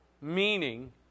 Meaning